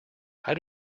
how